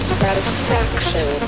satisfaction